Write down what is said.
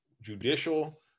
Judicial